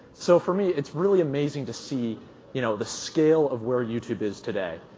so for me, it's really amazing to see you know the scale of where youtube is today.